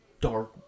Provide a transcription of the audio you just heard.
dark